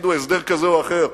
יגידו הסדר כזה או אחר,